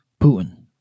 Putin